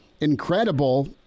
incredible